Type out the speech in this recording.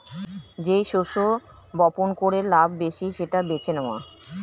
যেই শস্য বপন করে লাভ বেশি সেটা বেছে নেওয়া